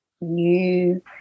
new